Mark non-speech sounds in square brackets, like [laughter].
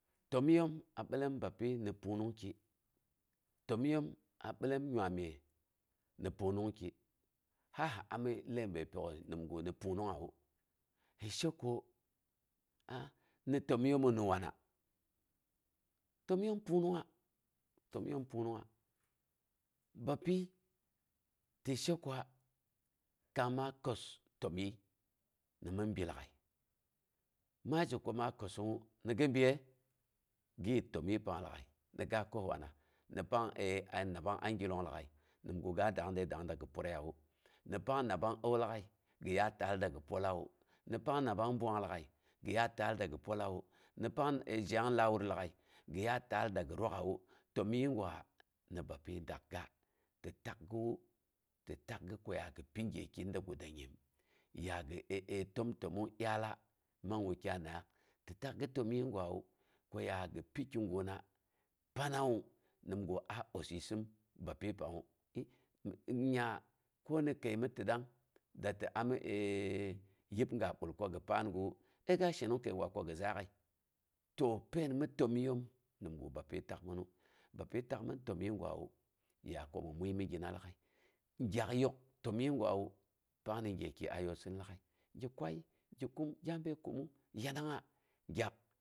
Təmyiiyoom a bilom bapyi ni pungnung ki, təmyiyoom a bilom nyai myes ni pungnungki. Ha hi ami ləibəi pyok'əi nimgu ni pungnungngai i she ko aa, ni təmyiiyoom ni wana? Təmyii pungnumgng təmyii ni pungnungnga. Bapyi ti she ko, kang maa kəi maa kəossong ni gi biye? Gi yit təmyii pang lagai ni gaa kəos wana, nii pang nabang angilong lagai, nimga dang de dangng da gi puraiyawu. Nii pang nabang au lagai gi yaat taa da gi pollawu, nii pang nabang ɓwang lagai, gi ya taal dagi pollawu, ni pang zheyong lawur lag'ai, gi yaat taal dagi rwak'at təmyii gwa, ni bapyi dakga, ti taugawu, tɨ takga ko ya gi pi gyeken da guda nyim. Ya gi [hesitation] təmtəmang təmtəmang dyaal man wukyai nangngaak. Tɨ takga təmyii gwawu, ko ya gi pi kiguna pannawu nimgu a oss yissim bapyi oangngu, nyingnya ko ni kəi mi ti dang, da ti ami [hesitation] yibga bul kogi pangawu. Ai ga shenong kəi gwako gi zaak'ai. Ko ni kəi mi ti dangnga da ti ami yibga bul ko gi paan gawu ai ga shenong ko gi zaak'at. To pain mi təmyiiyoom mi ningu bapyi takminu, bapyi takmin təmyii gwawu ya komi muimigina lag'ai. Gyak yok təmyii gwawu, pang ni gyeki a yoosin lag'at gi kwayii, gi kum gya bəi kanung yangnanga, gyak